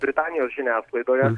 britanijos žiniasklaidoje